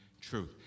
truth